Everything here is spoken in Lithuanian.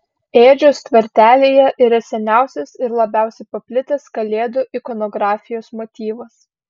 ėdžios tvartelyje yra seniausias ir labiausiai paplitęs kalėdų ikonografijos motyvas